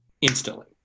instantly